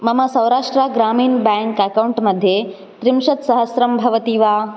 मम Saurashtra Gramin bank account मध्ये त्रिंशत्सहस्रं भवति वा